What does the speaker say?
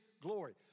glory